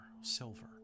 silver